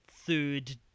Third